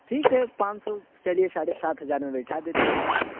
ٹھیک ہے پانچ سو چلیے ساڑھے سات ہزار میں بیٹھا دیتے ہیں